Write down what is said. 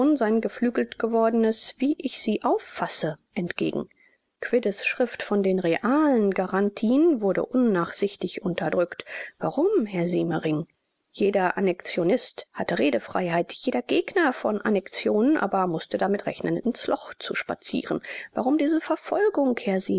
sein geflügelt gewordenes wie ich sie auffasse entgegen quiddes schrift von den realen garantien wurde unnachsichtig unterdrückt warum herr siemering jeder annexionist hatte redefreiheit jeder gegner von annexionen aber mußte damit rechnen ins loch zu spazieren warum diese verfolgung herr